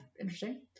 interesting